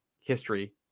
history